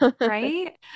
Right